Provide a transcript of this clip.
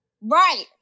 right